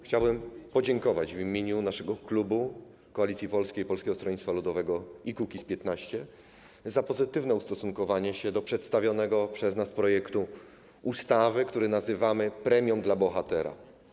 Chciałbym podziękować w imieniu naszego klubu Koalicji Polskiej - Polskiego Stronnictwa Ludowego - Kukiz15 za pozytywne ustosunkowanie się do przedstawionego przez nas projektu ustawy, który nazywamy premią dla bohatera.